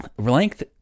length